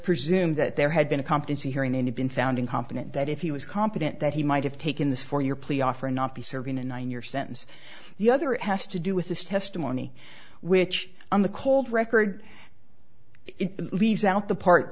presume that there had been a competency hearing any been found incompetent that if he was competent that he might have taken this for your plea offer and not be serving one your sentence the other it has to do with his testimony which on the cold record it leaves out the part